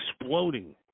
exploding